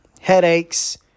headaches